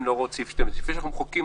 להוראות סעיף לפני שאנחנו מחוקקים,